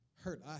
hurt